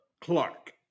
Clark